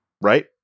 Right